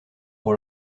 pour